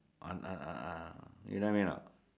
uh uh uh uh you know what I mean or not